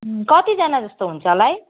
कतिजना जस्तो हुन्छ होला है